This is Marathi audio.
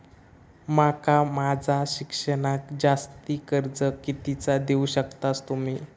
माका माझा शिक्षणाक जास्ती कर्ज कितीचा देऊ शकतास तुम्ही?